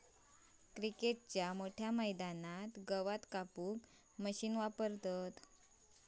क्रिकेटच्या मोठ्या मैदानात गवत कापूक मशीन वापरतत